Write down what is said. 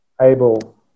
able